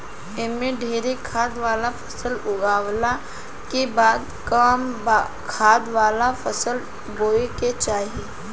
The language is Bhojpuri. एमे ढेरे खाद वाला फसल उगावला के बाद कम खाद वाला फसल बोए के चाही